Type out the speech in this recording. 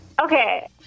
Okay